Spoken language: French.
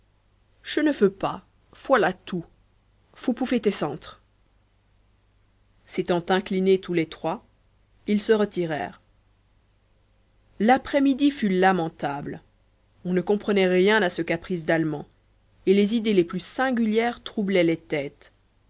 che ne feux pas foilà tout fous poufez tescentre s'étant inclinés tous les trois ils se retirèrent l'après-midi fut lamentable on ne comprenait rien à ce caprice d'allemand et les idées les plus singulières troublaient les têtes